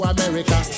America